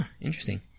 interesting